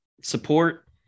support